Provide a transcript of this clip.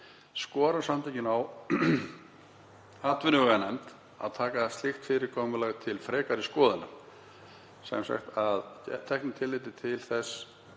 Skora samtökin því á atvinnuveganefnd að taka slíkt fyrirkomulag til frekari skoðunar, sem sagt að teknu tilliti til þess